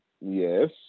Yes